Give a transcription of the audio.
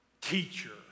Teacher